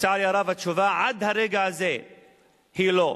לצערי הרב, התשובה עד הרגע הזה היא "לא".